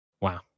wow